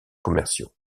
commerciaux